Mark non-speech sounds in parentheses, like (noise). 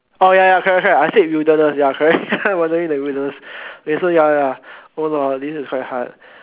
orh ya ya correct correct I said wilderness ya correct (laughs) wandering in the wilderness okay so ya ya ya hold on this is quite hard